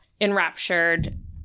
enraptured